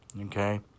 Okay